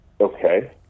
Okay